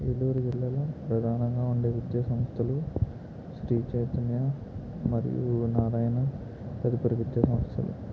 ఏలూరు జిల్లాలో ప్రధానంగా ఉండే విద్యా సంస్థలు శ్రీ చైతన్య మరియు నారాయణ తదుపరి విద్యాసంస్థలు